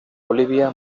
bolivia